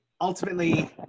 ultimately